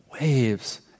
waves